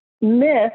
myth